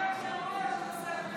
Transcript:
דקות לרשותך.